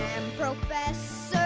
professor